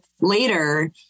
later